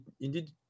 indeed